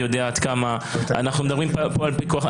אתה יודע כמה אנחנו מדברים על פיקוח נפש,